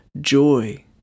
joy